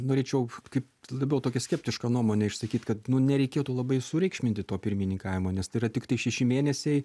norėčiau kaip labiau tokią skeptišką nuomonę išsakyt kad nereikėtų labai sureikšminti to pirmininkavimo nes tai yra tiktai šeši mėnesiai